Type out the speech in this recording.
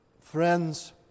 friends